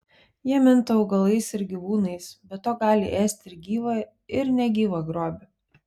jie minta augalais ir gyvūnais be to gali ėsti ir gyvą ir negyvą grobį